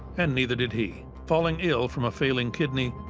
and neither did he. falling ill from a failing kidney,